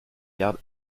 garde